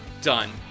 done